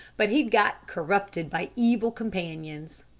but he'd got corrupted by evil companions.